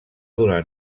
donar